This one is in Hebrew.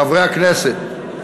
חברי הכנסת,